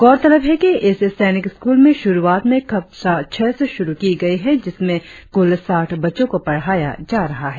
गौरतलब है कि इस सैनिक स्कूल में शुरुआत में कक्षा छह से शुरु की गई है जिसमें कुल साठ बच्चों को पढ़ाया जा रहा है